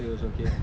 so it's okay